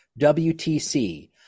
WTC